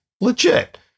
legit